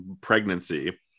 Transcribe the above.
pregnancy